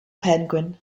penguin